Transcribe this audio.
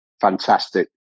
fantastic